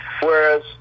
whereas